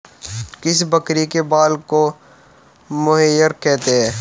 किस बकरी के बाल को मोहेयर कहते हैं?